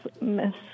Miss